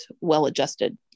well-adjusted